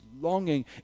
longing